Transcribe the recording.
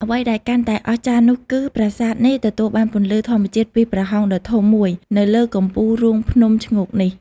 អ្វីដែលកាន់តែអស្ចារ្យនោះគឺប្រាសាទនេះទទួលបានពន្លឺធម្មជាតិពីប្រហោងដ៏ធំមួយនៅលើកំពូលរូងភ្នំឈ្ងោកនេះ។